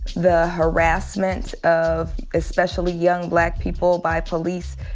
the harassment of, especially young black people by police,